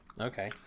Okay